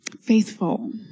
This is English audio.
faithful